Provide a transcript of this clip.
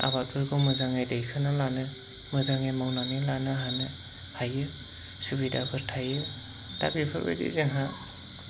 आबादफोरखौ मोजाङै दिखोना लानो मोजाङै मावनानै लानो हायो सुबिदाफोर थायो दा बेफोरबायदि जोंहा